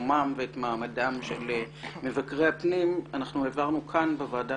שלומם ואת מעמדם של מבקרי הפנים שהעברנו בוועדה